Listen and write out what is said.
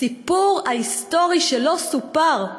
הסיפור ההיסטורי שלא סופר.